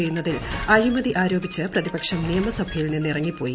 ചെയ്യുന്നതിൽ അഴിമതി ആരോപിച്ച് പ്രതിപക്ഷം നിയമസഭയിൽ നിന്നിറങ്ങിപ്പോയി